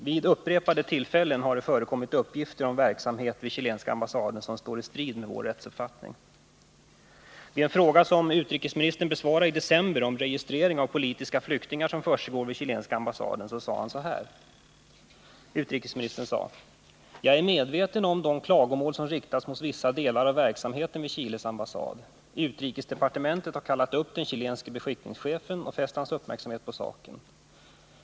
Vid upprepade tillfällen har det förekommit uppgifter om verksamhet där som står i strid med vår rättsuppfattning. I december 1979 besvarade utrikesministern en fråga om den registrering av politiska flyktingar som försiggår vid den chilenska ambassaden. Han sade då: ”Jag är medveten om de klagomål som riktats mot vissa delar av verksamheten vid Chiles ambassad. Utrikesdepartementet har kallat upp den chilenske beskickningschefen och fäst hans uppmärksamhet på saken.